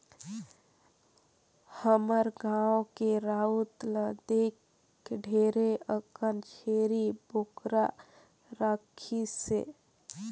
हमर गाँव के राउत ल देख ढेरे अकन छेरी बोकरा राखिसे